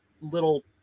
little